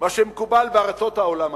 ממה שמקובל בארצות העולם הגדול,